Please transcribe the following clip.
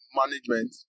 management